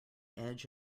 edge